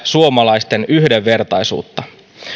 suomalaisten yhdenvertaisuutta